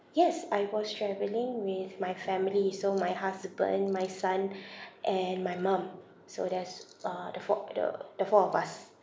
yes I was travelling with my family so my husband my son and my mum so there's uh the four the the four of us